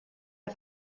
der